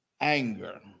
anger